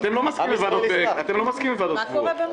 אתם לא מסכימים לוועדות קבועות.